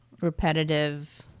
repetitive